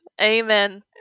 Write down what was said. Amen